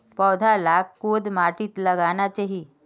पौधा लाक कोद माटित लगाना चही?